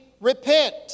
Repent